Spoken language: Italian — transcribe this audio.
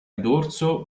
dorso